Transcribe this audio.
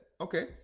Okay